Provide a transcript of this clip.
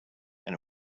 and